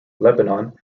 lebanon